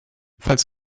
falls